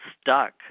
stuck